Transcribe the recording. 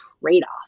trade-off